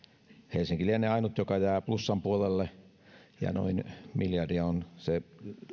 helsinki lienee ainut joka jää plussan puolelle ja noin miljardi on se